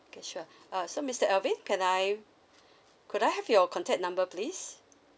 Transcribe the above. okay sure uh so mister alvin can I could I have your contact number please